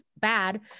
bad